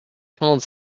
called